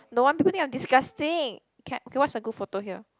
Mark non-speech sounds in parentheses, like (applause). don't want people think I'm disgusting (noise) okay what's a good photo here